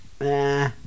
Nah